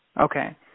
Okay